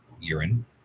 urine